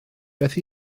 beth